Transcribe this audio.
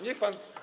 Niech pan.